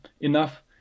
Enough